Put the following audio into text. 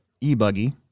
e-buggy